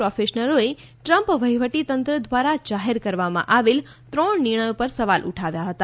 પ્રોફેશનલોએ Trump વહીવટીતંત્ર દ્વારા જાહેર કરવામાં આવેલ ત્રણ નિર્ણયો પર સવાલ ઉઠાવ્યો હતો